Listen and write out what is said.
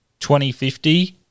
2050